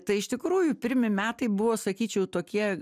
tai iš tikrųjų pirmi metai buvo sakyčiau tokie